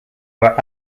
were